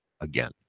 again